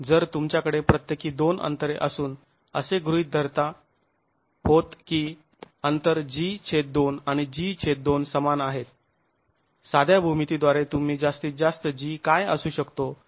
जर तुमच्याकडे प्रत्येकी दोन अंतरे असून असे गृहीत धरता होत की अंतर g2 आणि g2 समान आहेत साध्या भूमितीद्वारे तुम्ही जास्तीत जास्त g काय असू शकतो यावर पोहचू शकता